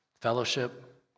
fellowship